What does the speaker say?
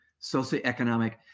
socioeconomic